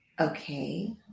Okay